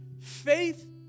Faith